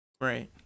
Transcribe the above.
right